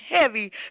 heavy